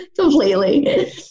Completely